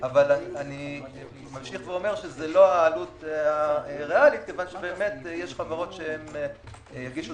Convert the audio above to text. אבל זו לא העלות הריאלית כי יש חברות שהגישו